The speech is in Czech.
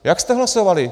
Jak jste hlasovali?